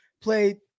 played